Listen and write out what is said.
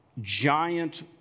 giant